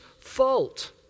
fault